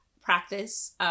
practice